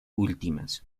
últimas